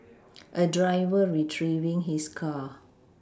a driver retrieving his car